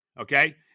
Okay